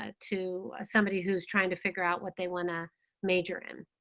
ah to somebody who's trying to figure out what they want to major in.